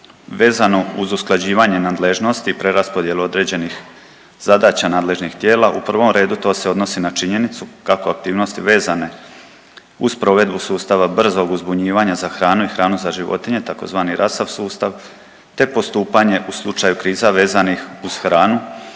Vezano uz usklađivanje nadležnosti preraspodjele određenih zadaća nadležnih tijela u prvom redu to se odnosi na činjenicu kako aktivnosti vezane uz provedbu sustava brzog uzbunjivanja za hranu i hranu za životinje, tzv. RASFF sustav te postupanje te postupanje u slučaju kriza vezanih uz hranu.